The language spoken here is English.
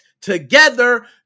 together